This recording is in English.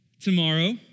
tomorrow